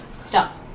Stop